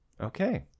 Okay